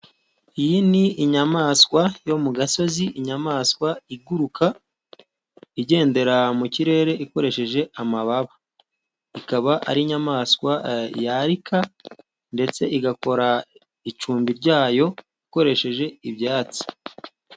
Iyi ni inyamaswa yo mu gasozi. Inyamaswa iguruka, igendera mu kirere ikoresheje amababa. Ikaba ari inyamaswa yarika, ndetse igakora icumbi ryayo ikoresheje ibyatsi.